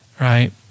Right